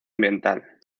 ambiental